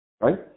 right